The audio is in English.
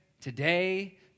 today